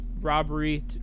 Robbery